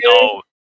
no